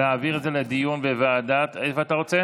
להעביר את זה לדיון בוועדת, איזה ועדה אתה רוצה?